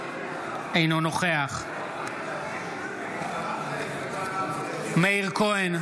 אינו נוכח מאיר כהן,